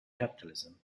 capitalism